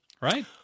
right